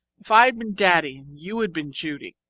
if i had been daddy, and you had been judy,